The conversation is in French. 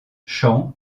champs